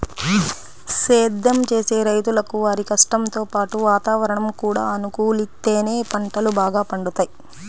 సేద్దెం చేసే రైతులకు వారి కష్టంతో పాటు వాతావరణం కూడా అనుకూలిత్తేనే పంటలు బాగా పండుతయ్